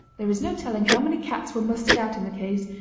there is no telling how many cats were mustered out in the caves,